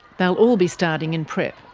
they'll all be starting in prep.